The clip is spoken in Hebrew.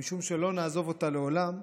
ומשום שלא נעזוב אותה לעולם,